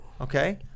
Okay